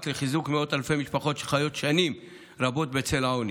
לחיזוק מאות אלפי משפחות שחיות שנים רבות בצל העוני.